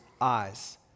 eyes